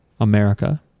America